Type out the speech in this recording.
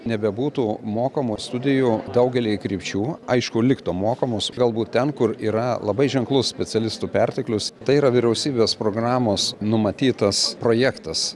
nebebūtų mokamos studijų daugelyje krypčių aišku liktų mokamos galbūt ten kur yra labai ženklus specialistų perteklius tai yra vyriausybės programos numatytas projektas